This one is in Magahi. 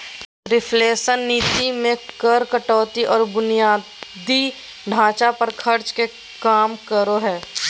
रिफ्लेशन नीति मे कर कटौती आर बुनियादी ढांचा पर खर्च के काम करो हय